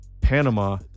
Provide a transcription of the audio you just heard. Panama